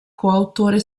coautore